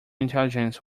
intelligence